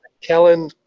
Kellen